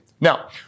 Now